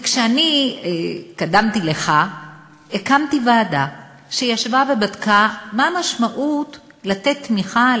כשאני קדמתי לך הקמתי ועדה שישבה ובדקה מה המשמעות של לתת תמיכה,